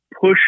push